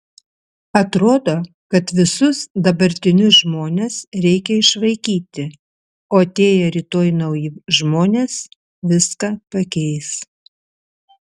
atrodo kad visus dabartinius žmones reikia išvaikyti o atėję rytoj nauji žmonės viską pakeis